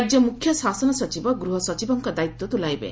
ରାଜ୍ୟ ମୁଖ୍ୟଶାସନ ସଚିବ ଗୃହ ସଚିବଙ୍କ ଦାୟିତ୍ୱ ତୁଲାଇବେ